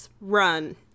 run